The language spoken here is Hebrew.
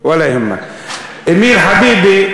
להלן תרגומם לעברית: חביבי.